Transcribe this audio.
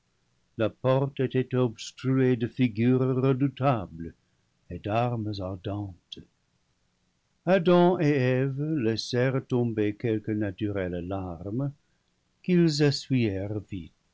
la porte était obstruée de figures redoutables et d'armes ardentes adam et eve laissèrent tomber quelques naturelles larmes qu'ils